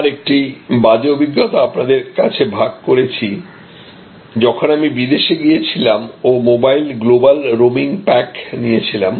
আমার একটি বাজে অভিজ্ঞতা আপনাদের কাছে ভাগ করেছি যখন আমি বিদেশে গিয়েছিলাম ও মোবাইল গ্লোবাল রোমিং প্যাক নিয়েছিলাম